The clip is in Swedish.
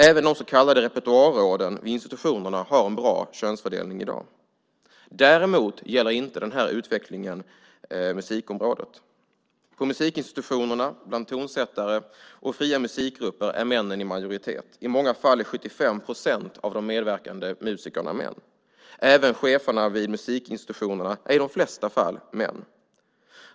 Även de så kallade repertoarråden vid institutionerna har en bra könsfördelning i dag. Däremot gäller inte den här utvecklingen musikområdet. På musikinstitutionerna, bland tonsättare och fria musikgrupper, är männen i majoritet. I många fall är 75 procent av de medverkande musikerna män. Även cheferna vid musikinstitutionerna är i de flesta fall män.